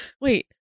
wait